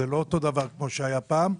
זה לא אותו דבר כמו שהיה פעם.